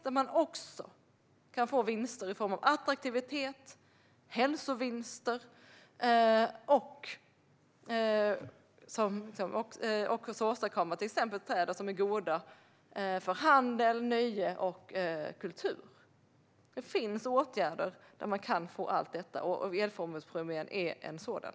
Där kan man också få vinster i form av attraktivitet och förbättrad hälsa och åstadkomma till exempel städer som är goda för handel, nöje och kultur. Det finns åtgärder som gör att man kan få allt detta, och elfordonspremien är en sådan.